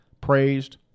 praised